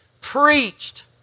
preached